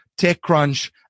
TechCrunch